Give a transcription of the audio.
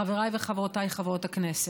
חבריי וחברותיי חברות הכנסת,